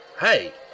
Hey